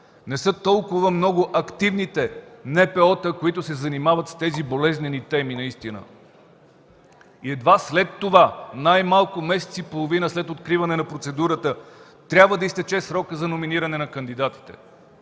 Не са чак толкова много активните НПО-та, които се занимават с тези болезнени теми. Едва след това, най-малко месец и половина след откриване на процедурата, трябва да изтече срокът за номиниране на кандидатите.